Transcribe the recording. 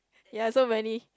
ya so many